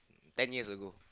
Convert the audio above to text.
ten years ago